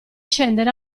scendere